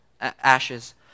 ashes